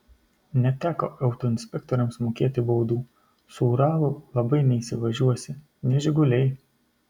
neteko autoinspektoriams mokėti baudų su uralu labai neįsivažiuosi ne žiguliai